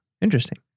Interesting